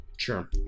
sure